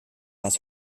weiß